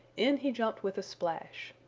in he jumped with a splash.